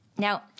Now